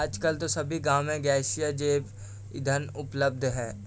आजकल तो सभी गांव में गैसीय जैव ईंधन उपलब्ध है